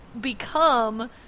become